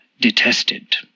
detested